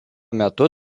metu